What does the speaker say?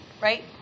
right